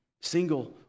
single